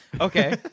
Okay